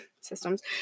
systems